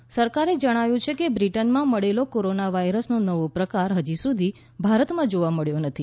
pole સરકારે જણાવ્યું છે કે બ્રિટનમાં મળેલો કોરોના વાયરસનો નવો પ્રકાર ફજી સુધી ભારતમાં જોવા મળ્યો નથી